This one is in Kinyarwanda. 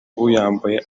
uyambaye